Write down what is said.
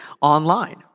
online